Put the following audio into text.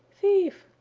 thief!